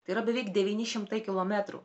tai yra beveik devynišimtai kilometrų